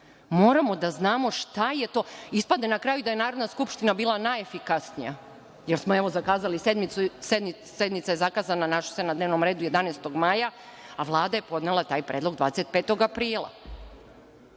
Moramo da znamo šta je to. Ispade na kraju da je Narodna skupština bila najefikasnija, jer smo evo zakazali sednicu, našla se na dnevnom redu 11. maja, a Vlada je podnela taj predlog 25. aprila.